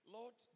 Lord